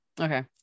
Okay